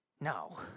No